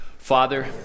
Father